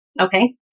okay